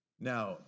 Now